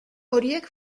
horiek